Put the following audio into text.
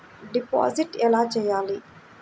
Deposit ఎలా చెయ్యాలి?